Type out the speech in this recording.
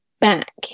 back